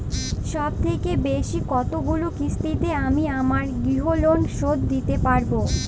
সবথেকে বেশী কতগুলো কিস্তিতে আমি আমার গৃহলোন শোধ দিতে পারব?